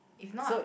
if not